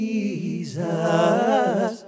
Jesus